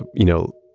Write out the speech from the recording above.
but you know,